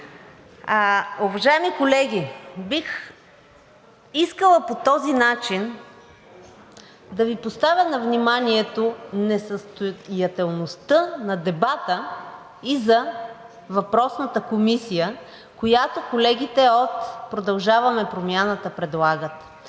Уважаеми колеги, бих искала по този начин да Ви поставя на вниманието несъстоятелността на дебата и за въпросната комисия, която колегите от „Продължаваме Промяната“ предлагат.